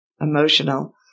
emotional